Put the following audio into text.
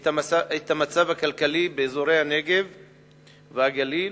המצב הכלכלי באזורי הנגב והגליל,